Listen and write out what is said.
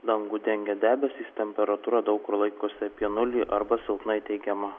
dangų dengia debesys temperatūra daug kur laikosi apie nulį arba silpnai teigiama